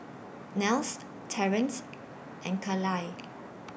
Nels Terrence and Kaleigh